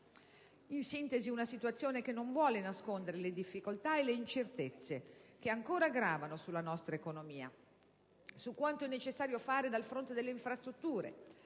in sintesi, di una situazione che non vuole nascondere le difficoltà e le incertezze che ancora gravano sulla nostra economia e non vuole nascondere quanto è necessario fare sul fronte delle infrastrutture